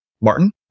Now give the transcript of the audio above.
Martin